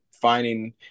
finding